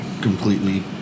completely